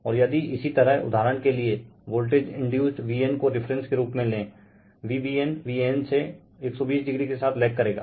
और यदि इसी तरह उदाहरण के लिए वोल्टेज इंडयुसड Vn को रिफरेन्स के रूप में ले VbnVn से 120o के साथ लेग करेगा